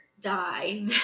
die